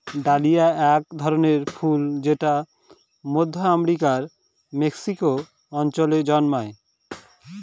dahlia এক ধরনের ফুল যেটা মধ্য আমেরিকার মেক্সিকো অঞ্চলে জন্মায়